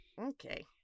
Okay